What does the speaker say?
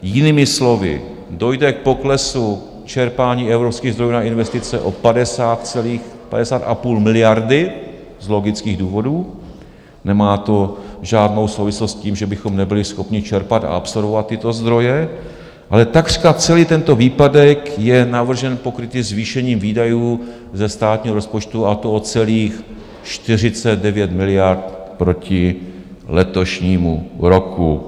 Jinými slovy, dojde k poklesu čerpání evropských zdrojů na investice o 50,5 miliardy z logických důvodů nemá to žádnou souvislost s tím, že bychom nebyli schopni čerpat a absorbovat tyto zdroje, ale takřka celý tento výpadek je navržen, pokrytý zvýšením výdajů ze státního rozpočtu, a to o celých 49 miliard proti letošnímu roku.